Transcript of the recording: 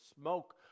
smoke